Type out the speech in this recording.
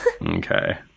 Okay